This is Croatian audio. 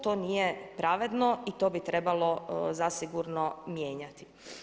To nije pravedno i to bi trebalo zasigurno mijenjati.